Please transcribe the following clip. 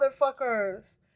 motherfuckers